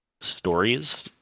stories